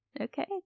okay